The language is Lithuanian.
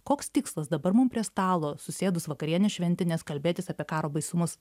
koks tikslas dabar mum prie stalo susėdus vakarienės šventinės kalbėtis apie karo baisumus